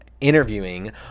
interviewing